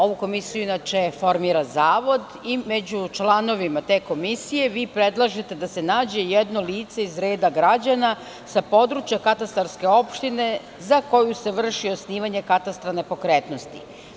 Ovu komisiju, inače, formira zavod i među članovima te komisije vi predlažete da se nađe jedno lice iz reda građana sa područja katastarske opštine, za koju se vrši osnivanje katastra nepokretnosti.